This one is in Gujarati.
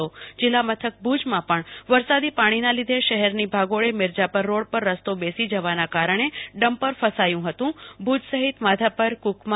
તો જીલ્લા મથક ભુજમાં પણ વરસાદી પાણીના લીધે શહેરની ભાગોળે મિરઝાપર રોડ પર રસ્તો બેસી જવાના કારણે ડમ્પર ફસાયુ હતું ભુજ સહિત માધાપરકુકમાં